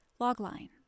Logline